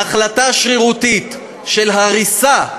החלטה שרירותית של הריסה,